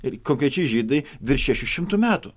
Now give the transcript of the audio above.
ir konkrečiai žydai virš šešių šimtų metų